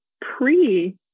pre